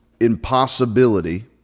impossibility